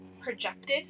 projected